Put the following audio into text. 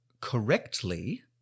correctly